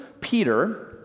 Peter